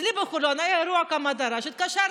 אצלי בחולון היה אירוע הקמת רעש, התקשרתי,